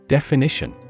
Definition